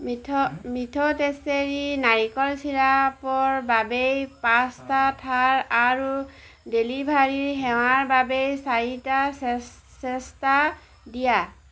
মিঠ মিঠ টেচেৰি নাৰিকল চিৰাপৰ বাবে পাঁচটা থাৰ আৰু ডেলিভাৰী সেৱাৰ বাবে চাৰিটা চেষ্টা দিয়া